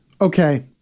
Okay